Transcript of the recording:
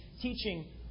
teaching